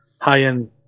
high-end